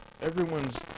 Everyone's